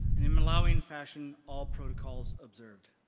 in a malawian fashion, all protocols observed.